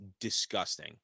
disgusting